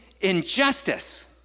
injustice